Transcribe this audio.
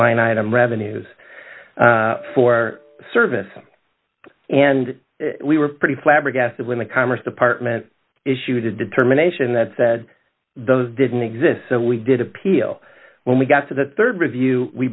line item revenues for service and we were pretty flabbergasted when the commerce department issued a determination that said those didn't exist so we did appeal when we got to the rd review we